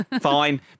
fine